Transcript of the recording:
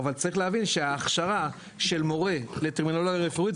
אבל צריך להבין שההכשרה של מורה לטרמינולוגיה רפואית,